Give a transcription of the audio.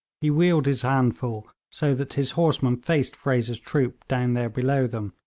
he wheeled his handful so that his horsemen faced fraser's troop down there below them.